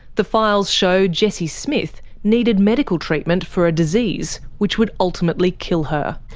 the files show jessie smith needed medical treatment for a disease which would ultimately kill her.